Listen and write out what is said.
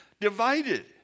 divided